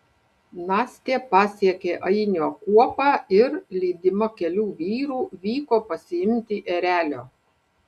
nastė pasiekė ainio kuopą ir lydima kelių vyrų vyko pasiimti erelio